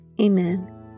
Amen